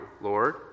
Lord